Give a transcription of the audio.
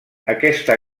aquesta